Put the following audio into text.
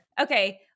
Okay